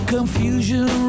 Confusion